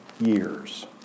years